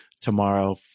tomorrow